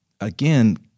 again